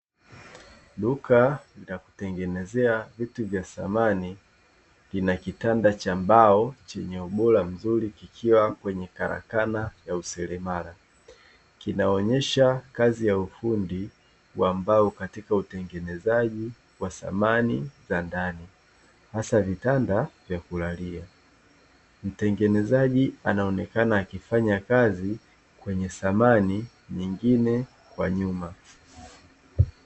Duka la kutengenezea vitu vya samani, lina kitanda cha mbao chenye ubora mzuri, kikiwa kwenye karakana ya useremala, kinaonyesha kazi ya ufundi wa mbao katika utengenezaji wa samani za ndani, hasa vitanda vya kulalia, mtengenezaji anaonekana akifanya kazi kwenye samani nyingine kwa nyuma.